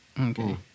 okay